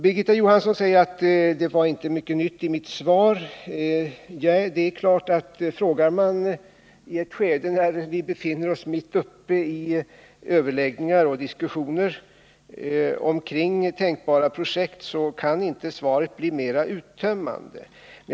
Birgitta Johansson säger att det inte var mycket nytt i mitt svar. Det är klart att frågar man i ett skede, där vi befinner oss mitt uppe i överläggningar och diskussioner omkring tänkbara projekt, kan svaret inte bli mer uttömmande.